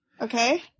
Okay